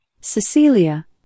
Cecilia